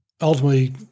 ultimately